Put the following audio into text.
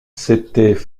s’étaient